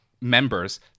members